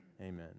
amen